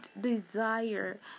desire